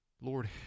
Lord